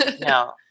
no